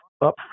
up